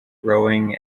rowing